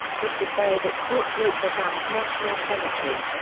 woods was buried at fort rosecrans national cemetery.